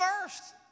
first